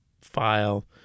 file